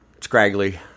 scraggly